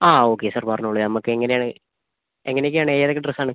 ആ okay sir പറഞ്ഞോളൂ നമുക്ക് എങ്ങനെ ആണ് എങ്ങനെ ഒക്കെ ആണ് ഏതൊക്കെ ഡ്രസ്സ് ആണ്